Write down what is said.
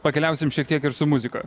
pakeliausim šiek tiek ir su muzika